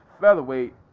featherweight